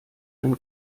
ein